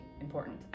important